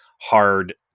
hard